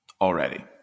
already